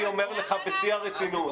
למה לעטוף?